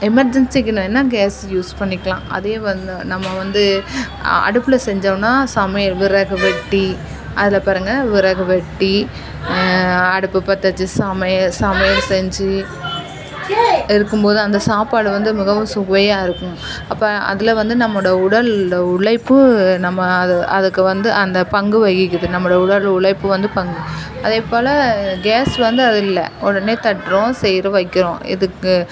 எமர்ஜென்சிக்குனுன்னா gas use பண்ணிக்கலாம் அதே வந்து நம்ம வந்து அடுப்பில் செஞ்சோனா சமையல் விறகு வெட்டி அதில் பாருங்கள் விறகு வெட்டி அடுப்பு பற்ற வெச்சு சமையல் சமையல் செஞ்சு இருக்கும் போது அந்த சாப்பாடு வந்து மிகவும் சுவையாக இருக்கும் அப்போ அதில் வந்து நம்மோடய உடல் உழைப்பு நம்ம அது அதுக்கு வந்து அந்த பங்கு வகிக்குது நம்மளோடய உடல் உழைப்பு வந்து பங்கு அதேபோல கேஸ் வந்து அது இல்லை உடனே தட்டுறோம் செய்து வைக்கிறோம் இதுக்கு